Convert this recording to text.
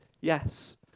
Yes